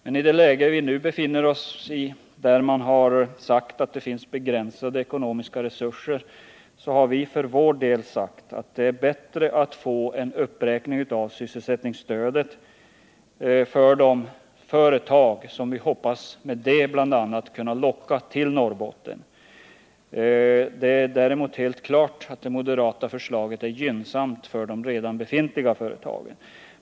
Men i det läge vi nu befinner oss i, där man har sagt att det finns begränsade ekonomiska resurser, har vi för vår del sagt att det är bättre att få en uppräkning av sysselsättningsstödet för de företag som vi hoppas kunna locka till Norrbotten — bl.a. med det. Det är däremot helt klart att det moderata förslaget är gynnsamt för de redan befintliga företagen.